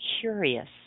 curious